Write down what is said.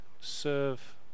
serve